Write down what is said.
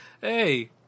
Hey